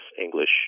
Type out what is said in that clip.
English